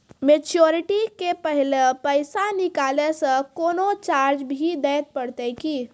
Maturity के पहले पैसा निकालै से कोनो चार्ज भी देत परतै की?